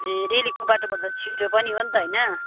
ए रेलीको बाटोबाट त छिटो पनि हो नि त होइन